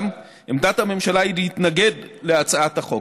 עמדת הממשלה היא להתנגד להצעת החוק.